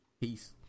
Peace